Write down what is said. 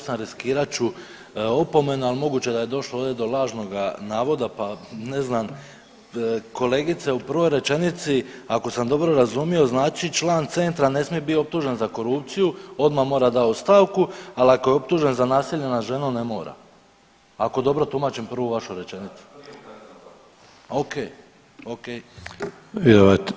Čl. 238., riskirat ću opomenu, al moguće je da je došlo ovdje do lažnoga navoda, pa ne znam, kolegice u prvoj rečenici ako sam dobro razumio znači član Centra ne smije bit optužen za korupciju, odma mora dat ostavku, al ako je optužen za nasilje nad ženom ne mora, ako dobro tumačim prvu vašu rečenicu. … [[Upadica iz klupe se ne razumije]] Okej, okej.